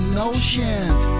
notions